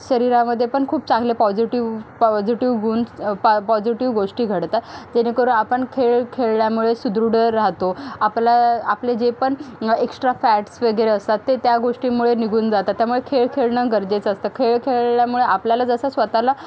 शरीरामध्ये पण खूप चांगले पॉजिटीव्ह पॉजिटीव्ह गुण पा पॉजिटीव्ह गोष्टी घडतात् जेणेकरून आपण खेळ खेळल्यामुळे सुदृढ राहतो आपलं आपले जे पण एक्सट्रा फॅट्स वगैरे असतात ते त्या गोष्टींमुळे निघून जातात त्यामुळे खेळ खेळणं गरजेचं असतं खेळ खेळल्यामुळे आपल्याला जसं स्वतःला